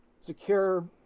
secure